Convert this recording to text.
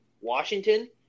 Washington